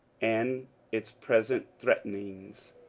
and its present threatenings.